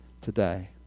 today